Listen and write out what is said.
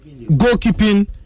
goalkeeping